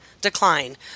decline